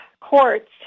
courts